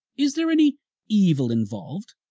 is there any evil involved,